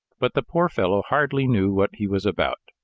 but the poor fellow hardly knew what he was about.